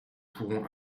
pourrons